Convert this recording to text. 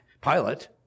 Pilate